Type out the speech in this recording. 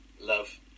love